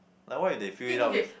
like what if they fill it up with